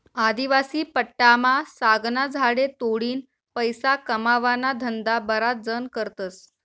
आदिवासी पट्टामा सागना झाडे तोडीन पैसा कमावाना धंदा बराच जण करतस